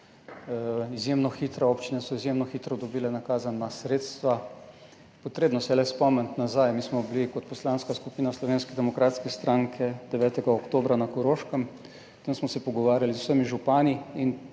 izjemno hitro dobile nakazana sredstva. Potrebno se je le spomniti nazaj. Mi smo bili kot Poslanska skupina Slovenske demokratske stranke 9. oktobra na Koroškem, tam smo se pogovarjali z vsemi župani